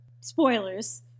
Spoilers